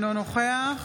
אינו נוכח